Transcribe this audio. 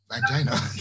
Vagina